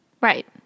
Right